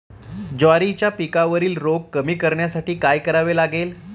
ज्वारीच्या पिकावरील रोग कमी करण्यासाठी काय करावे लागेल?